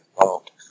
involved